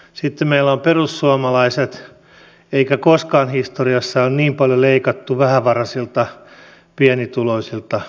sitten meillä on perussuomalaiset eikä koskaan historiassa ole niin paljon leikattu vähävaraisilta ja pienituloisilta kuin nyt